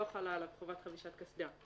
לא חלה עליו חובת חבישת קסדה.